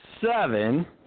seven